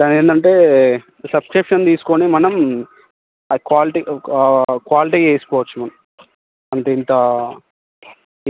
దాన్ని ఏంటంటే సబ్స్క్రిప్షన్ తీసుకొని మనం ఆ క్వాలిటీ క్వాలిటీ చేసుకోవచ్చు మనం అంటే ఇంతా